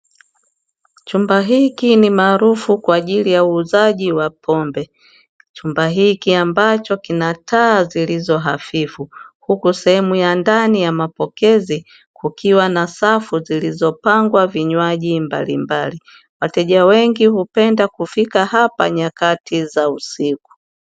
Chumba hichi ni maarufu kwa ajili ya uuzaji wa pombe chumba hichi ambacho kina taa zilizo hafifu, huku sehemu ya ndani ya mapokezi kukiwa na safu zilizopangwa vinywaji mbalimbali, wateja wengi hupenda kufika hapa nyakati za usiku.